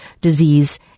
disease